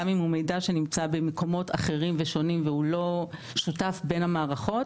גם אם הוא מידע שנמצא במקומות אחרים ושונים והוא לא שותף בין המערכות,